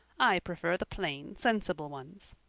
i prefer the plain, sensible ones.